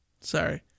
Sorry